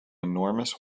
enormous